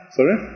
Sorry